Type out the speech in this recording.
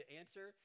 answer